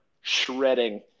shredding